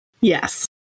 Yes